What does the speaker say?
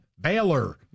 Baylor